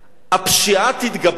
הפשיעה תתגבר?